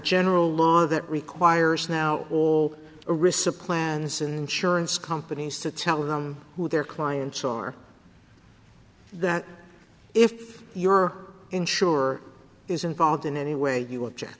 general law that requires now all arisa plans and insurance companies to tell them who their clients or that if your insurer is involved in any way you object